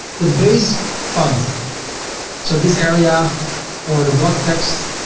the base font so this area or the blog text,